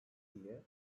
diye